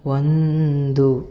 ಒಂದು